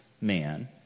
man